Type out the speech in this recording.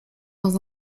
dans